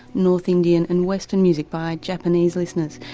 north indian and western music by japanese listeners.